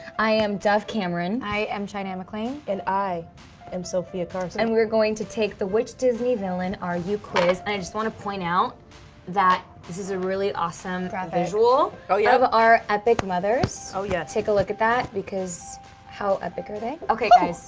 i am dove cameron. i am china anne mcclain. and i am sofia carson. and we're going to take the which disney villain are you quiz. and i just wanna point out that this is a really awesome visual graphic. yeah of our epic mothers. oh yeah. take a look at that, because how epic are they? okay guys,